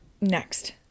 next